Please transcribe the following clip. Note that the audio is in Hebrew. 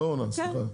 כן,